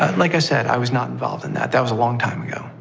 like i said, i was not involved in that. that was a long time ago.